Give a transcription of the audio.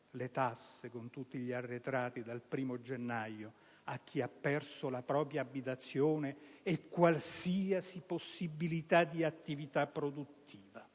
le tasse, con tutti gli arretrati, dal 1° gennaio prossimo a chi ha perso la propria abitazione e qualsiasi possibilità di attività produttiva.